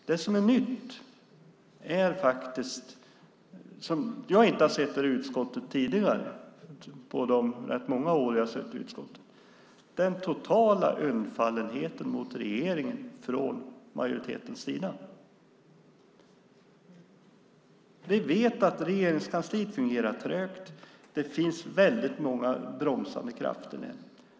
Det som är nytt är faktiskt något som jag inte har sett här i utskottet tidigare på de rätt många år jag har suttit i riksdagen, nämligen den totala undfallenheten mot regeringen från majoritetens sida. Vi vet att Regeringskansliet fungerar trögt. Det finns väldigt många bromsande krafter där.